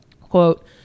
Quote